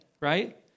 right